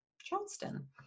charleston